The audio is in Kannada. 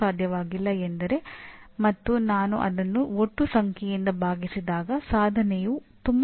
ಸಾಮಾನ್ಯವಾಗಿ ಮಾನ್ಯತೆಯು ಸಂಸ್ಥೆ ಮತ್ತು ಸಂಸ್ಥೆಗೆ ಭೇಟಿ ನೀಡುವ ಪೀರ್ ತಂಡವು ಒದಗಿಸಿದ ದತ್ತಾಂಶವನ್ನು ಆಧರಿಸಿದೆ